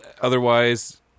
otherwise